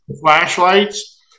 Flashlights